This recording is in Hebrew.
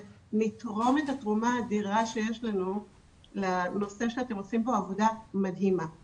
ונתרום את התרומה האדירה שיש לנו לנושא שאתם עושים בו עבודה מדהימה.